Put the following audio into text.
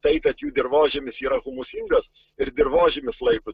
tai kad jų dirvožemis yra humusingas ir dirvožemis laiko